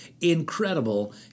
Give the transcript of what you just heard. incredible